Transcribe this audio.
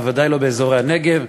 בוודאי לא באזורי הנגב,